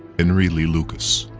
henry lee lucas.